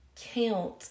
count